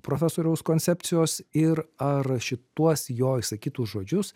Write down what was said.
profesoriaus koncepcijos ir ar šituos jo išsakytus žodžius